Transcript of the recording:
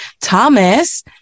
Thomas